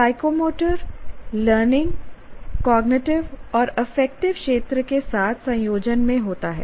psychomotor learning cognitive और affective क्षेत्र के साथ संयोजन में होता है